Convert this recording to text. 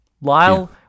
Lyle